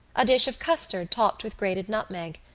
a dish of custard topped with grated nutmeg,